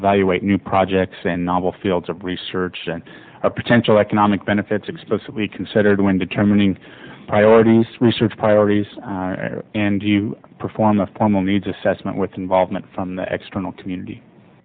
evaluate new projects and novel fields of research in a potential economic benefits explicitly considered when determining priorities research priorities and you perform a formal needs assessment with involvement from the extra a community